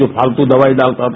जो फालतू दवाई डालता था